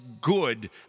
good